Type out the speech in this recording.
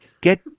Get